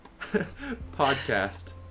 Podcast